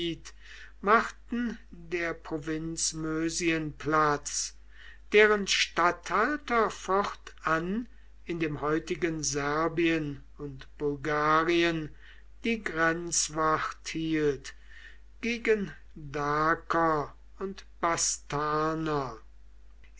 machten der provinz mösien platz deren statthalter fortan in dem heutigen serbien und bulgarien die grenzwacht hielt gegen daker und bastarner